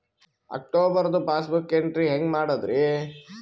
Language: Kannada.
ಅಕ್ಟೋಬರ್ದು ಪಾಸ್ಬುಕ್ ಎಂಟ್ರಿ ಹೆಂಗ್ ಮಾಡದ್ರಿ?